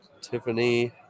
Tiffany